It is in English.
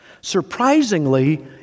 Surprisingly